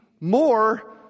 more